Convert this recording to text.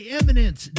Eminence